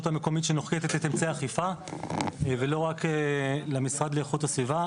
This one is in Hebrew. המקומית שנוקטת אמצעי אכיפה ולא רק למשרד לאיכות הסביבה,